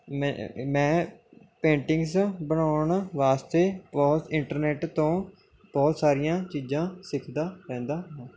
ਮੈਂ ਮੈਂ ਪੇਟਿੰਗਸ ਬਣਾਉਣ ਵਾਸਤੇ ਬਹੁਤ ਇੰਟਰਨੈੱਟ ਤੋਂ ਬਹੁਤ ਸਾਰੀਆਂ ਚੀਜ਼ਾਂ ਸਿੱਖਦਾ ਰਹਿੰਦਾ ਹਾਂ